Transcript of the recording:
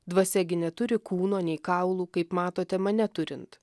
dvasia gi neturi kūno nei kaulų kaip matote mane turint